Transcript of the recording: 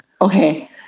Okay